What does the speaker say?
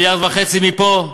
1.5 מיליארד מפה,